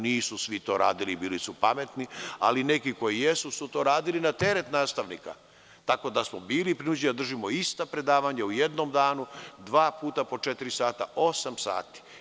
Nisu svi to radili, bili su pametni, ali neki koji jesu su to radili na teret nastavnika, tako da smo bili prinuđeni da držimo ista predavanja u jednom danu, dva puta po četiri sata, osam sati.